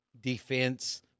defense